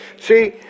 See